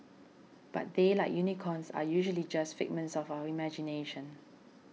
but they like unicorns are usually just figments of our imagination